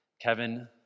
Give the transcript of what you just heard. Kevin